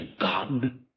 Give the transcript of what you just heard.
God